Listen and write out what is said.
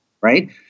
right